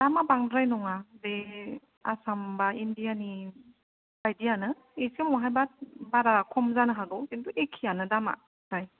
दामा बांद्राय नङा बे आसाम बा इण्डियानि बायदियानो एसे महायबा बारा खम जानो हागौ खिन्थु एखेआनो दामा फ्राय